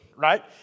right